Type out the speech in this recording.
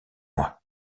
moi